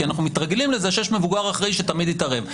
כי אנחנו מתרגלים לזה שיש מבוגר אחראי שתמיד יתערב.